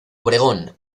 obregón